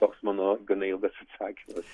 toks mano gana ilgas atsakymas